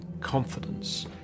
confidence